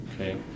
okay